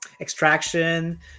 Extraction